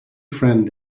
friend